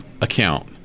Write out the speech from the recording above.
account